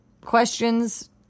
questions